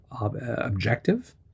objective